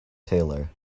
tailor